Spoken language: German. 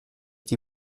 die